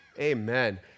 Amen